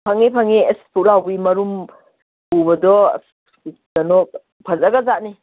ꯐꯪꯉꯤ ꯐꯪꯉꯤ ꯑꯁ ꯄꯨꯛꯂꯥꯎꯕꯤ ꯃꯔꯨꯝ ꯄꯨꯕꯗꯣ ꯀꯩꯅꯣ ꯐꯖꯈ꯭ꯔ ꯖꯥꯠꯅꯤ